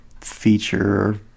feature